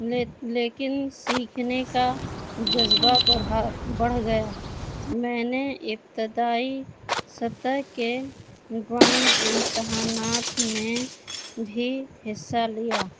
لیکن سیکھنے کا جذبہ بڑھا بڑھ گیا میں نے ابتدائی سطح کے ڈرائنگ امتحانات میں بھی حصہ لیا